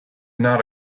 not